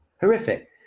horrific